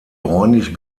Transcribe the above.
bräunlich